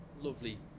lovely